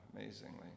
amazingly